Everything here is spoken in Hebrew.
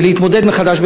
להתמודד מחדש בבחירות.